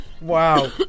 Wow